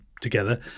together